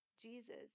Jesus